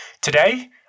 Today